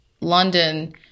London